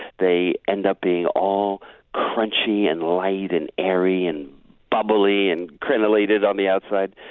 they end up being all crunchy, and light, and airy, and bubbly and crenulated on the outside.